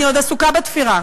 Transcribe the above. אני עוד עסוקה בתפירה.